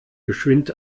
geschwind